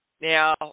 Now